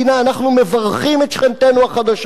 אנחנו מברכים את שכנתנו החדשה.